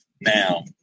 Now